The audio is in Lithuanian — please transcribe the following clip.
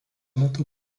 metu